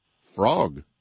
frog